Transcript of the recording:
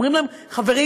אומרים להם: חברים,